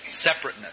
Separateness